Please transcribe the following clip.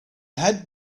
had